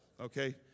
Okay